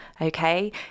Okay